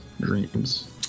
dreams